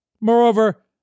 Moreover